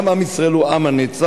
עם ישראל הוא עם הנצח,